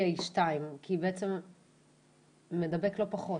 ל-BA2, כי הוא בעצם מדבק לא פחות.